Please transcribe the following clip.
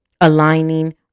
aligning